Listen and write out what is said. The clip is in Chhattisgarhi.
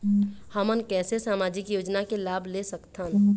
हमन कैसे सामाजिक योजना के लाभ ले सकथन?